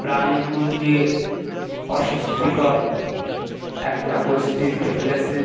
প্রাণীকুলকে অস্বস্তিকর একটা পরিস্থিতিতে ফেলেছে